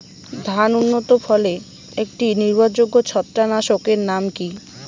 ধান উন্নত ফলনে একটি নির্ভরযোগ্য ছত্রাকনাশক এর নাম কি?